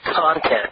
content